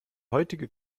heutige